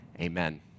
Amen